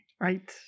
Right